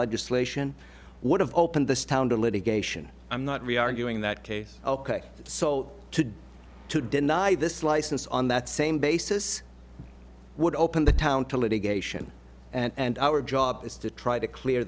legislation would have opened this town to litigation i'm not really arguing that case ok so to to deny this license on that same basis would open the town to litigation and our job is to try to clear